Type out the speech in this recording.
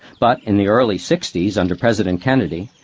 but in the early sixties, under president kennedy,